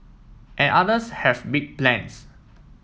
and others has big plans